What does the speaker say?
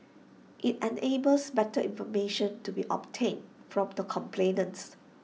IT enables better information to be obtained from the complainant